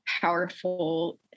powerful